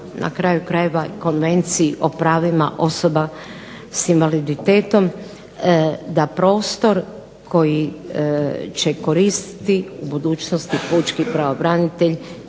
na kraju krajeva i Konvenciji o pravima osoba s invaliditetom da prostor koji će koristiti u budućnosti pučki pravobranitelj